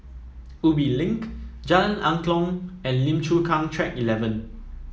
Ubi Link Jalan Angklong and Lim Chu Kang Track Eleven